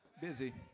Busy